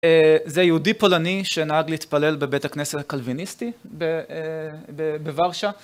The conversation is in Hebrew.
זה יהודי פולני שנהג להתפלל בבית הכנסת הקלוויניסטי בוורשה.